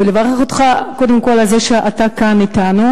לברך אותך קודם כול על זה שאתה כאן אתנו